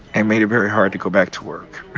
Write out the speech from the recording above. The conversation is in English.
and made it very hard to go back to work